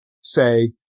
say